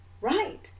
Right